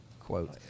quote